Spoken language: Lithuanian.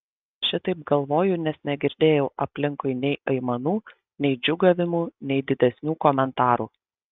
šitaip galvoju nes negirdėjau aplinkui nei aimanų nei džiūgavimų nei didesnių komentarų